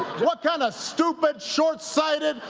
what kind of stupid, shortsighted,